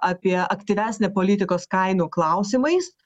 apie aktyvesnę politikos kainų klausimais